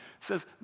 says